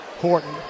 Horton